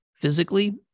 physically